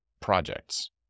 projects